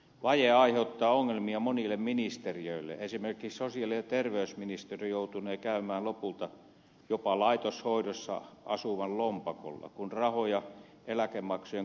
vaje aiheuttaa ongelmia monille ministeriöille esimerkiksi sosiaali ja terveysministeri joutunee käymään lopulta jopa laitoshoidossa asuvan lompakolla kun rahoja eläkemaksujen kutistumiseen etsitään